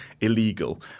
illegal